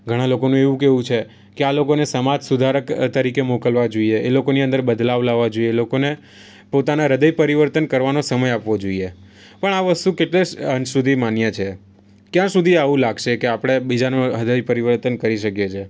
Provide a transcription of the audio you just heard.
ઘણાં લોકોનું એવું કહેવું છે કે આ લોકોને સમાજ સુધારક તરીકે મોકલવા જોઈએ એ લોકોની અંદર બદલાવ લાવવા જોઈએ એ લોકોને પોતાના હૃદય પરિવર્તન કરવાનો સમય આપવો જોઈએ પણ આ વસ્તુ કેટલે અંશ સુધી માન્ય છે ક્યાં સુધી આવું લાગશે કે આપણે બીજાનું હૃદય પરિવર્તન કરી શકીએ છીએ